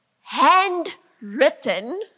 handwritten